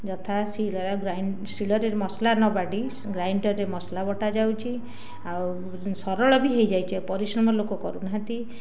ଯଥା ଶିଳରେ ଗ୍ରାଇ ଶିଳରେ ମସଲା ନବାଟି ଗ୍ରାଇଣ୍ଡରରେ ମସଲା ବଟାଯାଉଛି ଆଉ ସରଳ ବି ହେଇଯାଇଛି ପରିଶ୍ରମ ଲୋକ କରୁନାହାଁନ୍ତି